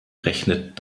rechnet